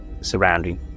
surrounding